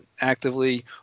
actively